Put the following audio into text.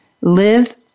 Live